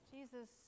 Jesus